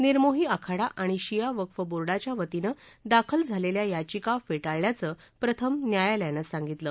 निर्मोही आखाडा आणि शिया वक्फ बोर्डाच्या वतीनं दाखल झालेल्या याचिका फेटाळल्याचं प्रथम न्यायालयानं सांगितलं